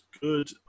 good